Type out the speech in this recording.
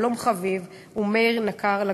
אבשלום חביב ומאיר נקר לגרדום.